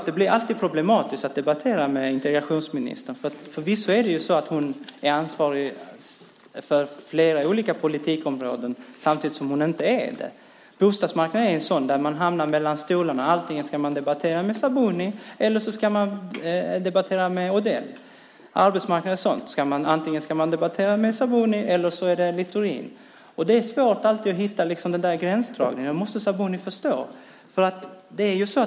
Det blir alltid problematiskt att debattera med integrationsministern. Förvisso är hon ansvarig för flera olika politikområden - samtidigt som hon inte är det. När det gäller bostadsmarknaden hamnar man mellan stolarna - antingen ska man debattera med Sabuni eller så ska man debattera med Odell. Likadant med arbetsmarknaden: Antingen ska man debattera med Sabuni eller så ska man debattera med Littorin. Det är svårt att hitta gränsdragningen. Det måste Sabuni förstå.